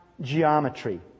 geometry